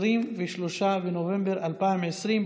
23 בנובמבר 2020,